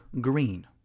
green